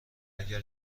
اگر